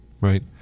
right